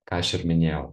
ką aš ir minėjau